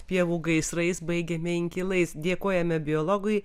pievų gaisrais baigėme inkilais dėkojame biologui